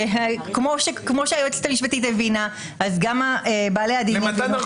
וכמו שהיועצת המשפטית הבינה אז גם בעלי הדין יבינו,